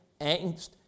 angst